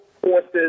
forces